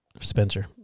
Spencer